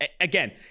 Again